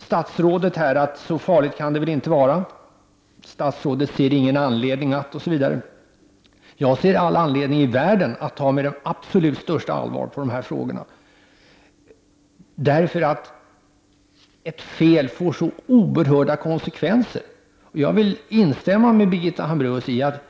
statsrådet Roine Carlsson, att så farligt kan det väl inte vara. Statsrådet ser ingen anledning att osv. Jag ser all anledning i världen att ta dessa frågor med absolut största allvar, eftersom ett fel får så oerhörda konsekvenser. Jag vill instämma i vad Birgitta Hambraeus sade.